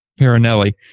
Perinelli